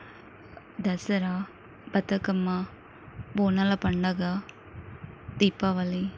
దసరా బతుకమ్మ బోనాల పండగ దీపావళి